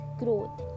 growth